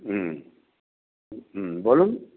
হুম হুম বলুন